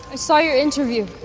saw your interview.